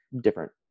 different